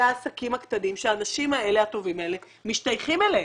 העסקים הקטנים שהאנשים האלה הטובים משתייכים אליהם.